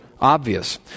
obvious